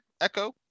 Echo